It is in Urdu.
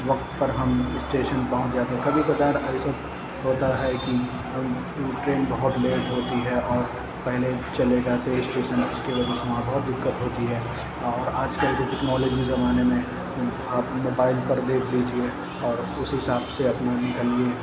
وقت پر ہم اسٹیشن پہنچ جاتے کبھی کبھار ایسا ہوتا ہے کہ ہم ٹرین بہت لیٹ ہوتی ہے اور پہلے چلے جاتے اسٹیشن اس کی وجہ سے وہاں بہت دقت ہوتی ہے اور آج کل جو ٹیکنالوجی زمانے میں آپ موبائل پر دیکھ لیجیے اور اس حساب سے اپنا نکلیے